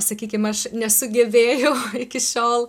sakykim aš nesugebėjau iki šiol